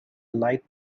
light